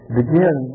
begin